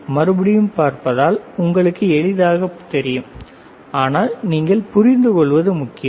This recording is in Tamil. மறுபடியும் பார்ப்பதால் உங்களுக்கு எளிதாக தெரியும் ஆனால் நீங்கள் புரிந்துகொள்வது முக்கியம்